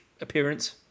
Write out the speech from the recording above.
appearance